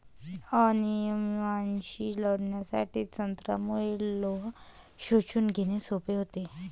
अनिमियाशी लढण्यासाठी संत्र्यामुळे लोह शोषून घेणे सोपे होते